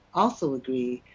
also agree,